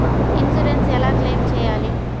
Insurance ఎలా claim చేయాలి?